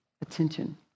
attention